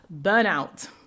burnout